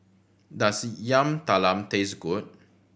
does Yam Talam taste good